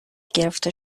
گرفته